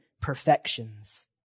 perfections